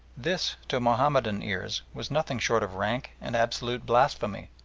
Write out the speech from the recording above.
this, to mahomedan ears, was nothing short of rank and absolute blasphemy,